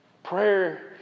Prayer